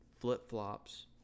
flip-flops